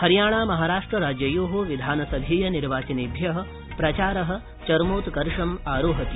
हरियाणा महाराष्ट्र राज्ययोः विधानसभेय निर्वाचनेभ्यः प्रचारः चरमोत्कर्षम् आरोहति